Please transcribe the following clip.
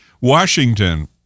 Washington